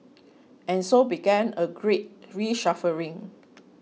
and so began a great reshuffling